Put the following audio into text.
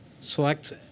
select